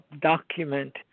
document